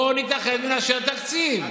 בואו נתאחד ונאשר תקציב.